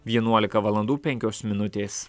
vienuolika valandų penkios minutės